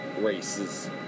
races